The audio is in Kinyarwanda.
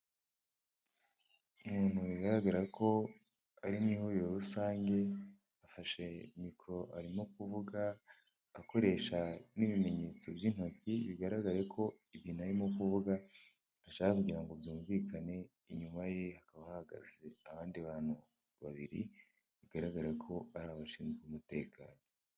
Umuntu bigaragara ko ari mu ihuriro rusange afashe mikoro arimo kuvuga akoresha n'ibimenyetso by'intoki bigaragaye ko ibintu narimo kuvuga ashaka kugira ngo byumvikane, inyuma ye hakaba hahagaze abandi bantu babiri bigaragara ko ari abashinzwe umutekano.